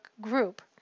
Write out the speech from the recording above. group